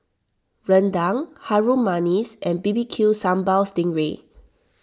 Rendang Harum Manis and B B Q Sambal Sting Ray